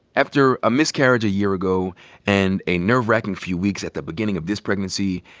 after a miscarriage a year ago and a nerve-wracking few weeks at the beginning of this pregnancy,